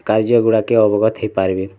କାର୍ଯ୍ୟ ଗୁଡ଼ାକେ ଅବଗତ ହେଇ ପାରବେ